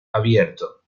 abierto